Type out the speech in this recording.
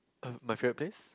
uh my favourite place